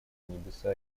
небеса